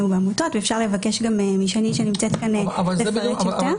בעמותות ואפשר לבקש גם משני שנמצאת כאן לפרט יותר.